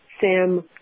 Sam